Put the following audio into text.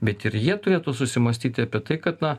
bet ir jie turėtų susimąstyti apie tai kad na